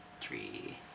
three